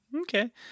Okay